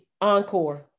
Encore